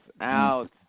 out